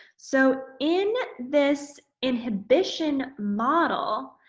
so, in this inhibition model,